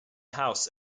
house